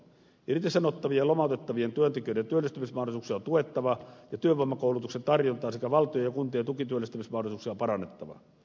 irtisanottavien ja lomautettavien työntekijöiden työllistymismahdollisuuksia on tuettava ja työvoimakoulutuksen tarjontaa sekä valtion ja kuntien tukityöllistämismahdollisuuksia on parannettava